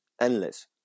endless